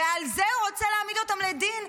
ועל זה הוא רוצה להעמיד אותם לדין,